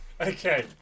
Okay